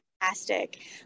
fantastic